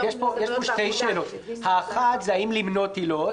שלוש שאלות: 1. האם למנות עילות?